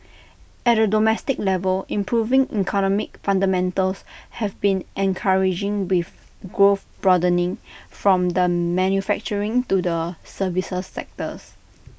at A domestic level improving economic fundamentals have been encouraging with growth broadening from the manufacturing to the services sectors